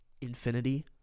infinity